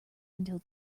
until